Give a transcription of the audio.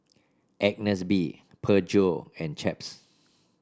Agnes B Peugeot and Chaps